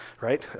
right